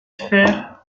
fer